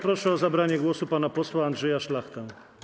Proszę o zabranie głosu pana posła Andrzeja Szlachtę.